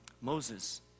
Moses